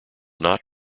not